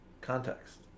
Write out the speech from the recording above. context